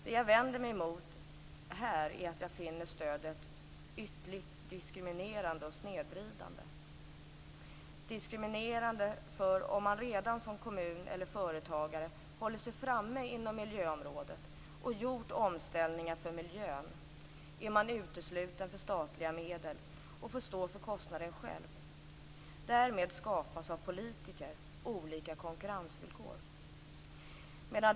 Det jag vänder mig emot här är att jag finner stödet ytterligt diskriminerande och snedvridande. Det är diskriminerande, för om man som kommun eller företagare redan har hållit sig framme inom miljöområdet och gjort omställningar för miljön är man utesluten från statliga medel och får stå för kostnaden själv. Därmed skapar politiker olika konkurrensvillkor.